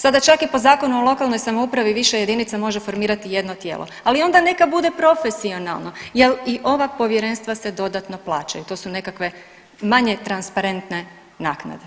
Sada čak i po Zakonu o lokalnoj samoupravi više jedinica može formirati jedno tijelo, ali onda neka bude profesionalno jel i ova povjerenstva se dodatno plaćaju, to su nekakve manje transparentne naknade.